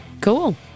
Cool